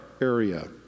area